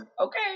Okay